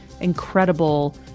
incredible